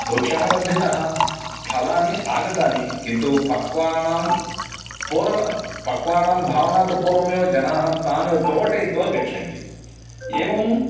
वृक्षः वर्धितः फलानि आगतानि किन्तु पक्वानां पोर् पक्वानां भावनात् पूर्वमेव जनाः तान् त्रोटयित्वा गच्छन्ति एवम्